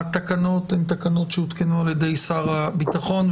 התקנות הן תקנות שהותקנו על ידי שר הביטחון,